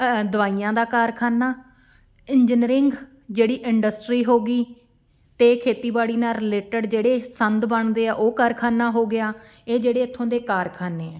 ਦਵਾਈਆਂ ਦਾ ਕਾਰਖਾਨਾ ਇੰਜਨੀਅਰਿੰਗ ਜਿਹੜੀ ਇੰਡਸਟਰੀ ਹੋ ਗਈ ਅਤੇ ਖੇਤੀਬਾੜੀ ਨਾਲ ਰਿਲੇਟਡ ਜਿਹੜੇ ਸੰਦ ਬਣਦੇ ਆ ਉਹ ਕਾਰਖਾਨਾ ਹੋ ਗਿਆ ਇਹ ਜਿਹੜੇ ਇੱਥੋਂ ਦੇ ਕਾਰਖਾਨੇ ਆ